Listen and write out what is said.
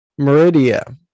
Meridia